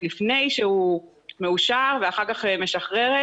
לפני שהוא מאושר ואחר כך ואחר כך משחררת.